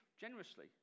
generously